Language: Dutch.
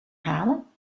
halen